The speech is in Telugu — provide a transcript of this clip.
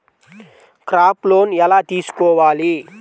క్రాప్ లోన్ ఎలా తీసుకోవాలి?